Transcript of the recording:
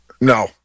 No